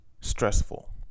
stressful